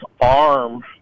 arm